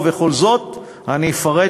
ובכל זאת אני אפרט,